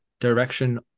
direction